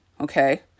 okay